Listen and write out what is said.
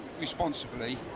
responsibly